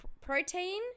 Protein